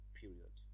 period